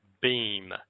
Beam